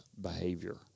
behavior